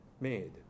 made